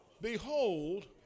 Behold